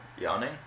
yawning